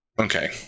okay